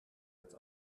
its